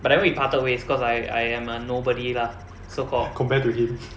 but then we parted ways cause I I am a nobody lah so called